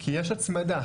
כי יש הצמדה.